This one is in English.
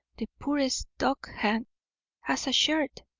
the poorest dockhand has a shirt!